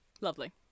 lovely